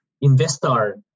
investor